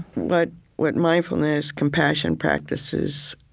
but what mindfulness, compassion practices,